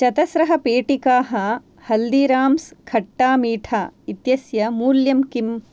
चतस्रः पेटिकाः हल्दीराम्स् खट्टा मीठा इत्यस्य मूल्यं किम्